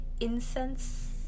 incense